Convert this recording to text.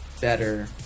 better